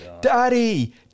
daddy